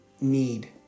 need